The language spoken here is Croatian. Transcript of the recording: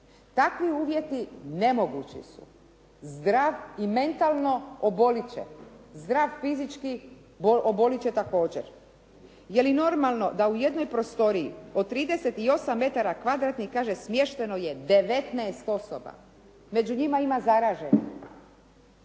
Takvi uvjeti nemogući su. Zdrav i mentalno obolit će, zdrav fizički obolit će također. Je li normalno da u jednoj prostoriji od 38 metara kvadratnih kaže smješteno je 19 osoba. Među njima ima zaraženih.